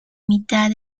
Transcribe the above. mitad